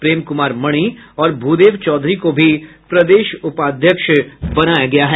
प्रेम कुमार मणि और भूदेव चौधरी को भी प्रदेश उपाध्यक्ष बनाया गया है